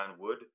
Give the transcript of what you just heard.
Wood